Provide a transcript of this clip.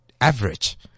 average